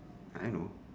I know